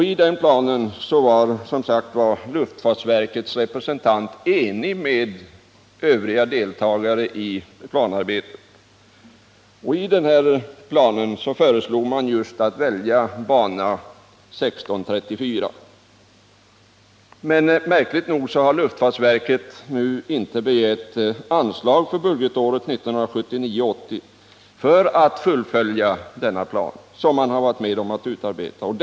I planen var som sagt luftfartsverkets representant enig med övriga deltagare i planarbetet. Man föreslog just att bana 16 80 för att fullfölja den plan man varit med om att utarbeta.